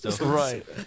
right